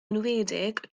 enwedig